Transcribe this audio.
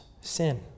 sin